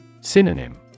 SYNONYM